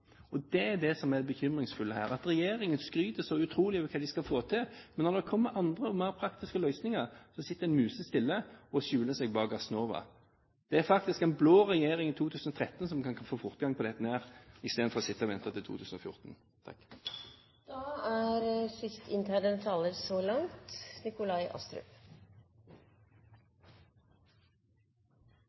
Det er det som er det bekymringsfulle her. Regjeringen skryter så utrolig av hva de skal få til, men når det kommer andre og mer praktiske løsninger, sitter den musestille og skjuler seg bak Gassnova. Det er faktisk en blå regjering i 2013 som kan få fortgang på dette, i stedet for å sitte og vente til 2014. La meg først si til representanten Rommetveit at prisforskjellen skyldes moms, så